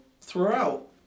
Throughout